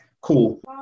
Cool